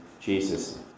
Jesus